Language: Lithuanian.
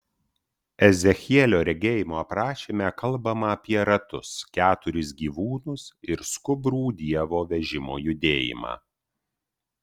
ezechielio regėjimo aprašyme kalbama apie ratus keturis gyvūnus ir skubrų dievo vežimo judėjimą